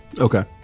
Okay